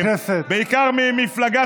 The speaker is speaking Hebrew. בעיקר ממפלגה,